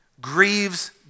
grieves